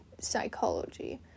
psychology